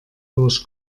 durch